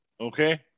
okay